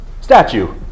statue